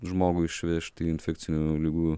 žmogų išvežti į infekcinių ligų